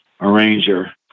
arranger